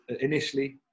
initially